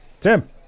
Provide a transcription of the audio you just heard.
Tim